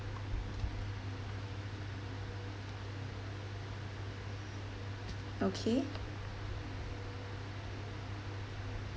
okay